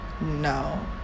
No